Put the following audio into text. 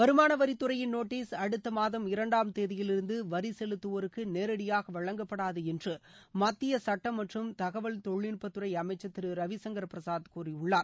வருமானவரித்துறையின் notice அடுத்த மாதம் இரண்டாம் தேதியிலிருந்து வரி செலுத்துவோருக்கு நேரடியாக வழங்கப்படாது என்று மத்திய சுட்டம் மற்றும் தகவல் தொழில்நுட்ப அமைச்சர் திரு ரவிசங்கர் பிரசாத் கூறியுள்ளார்